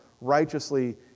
righteously